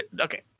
okay